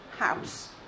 house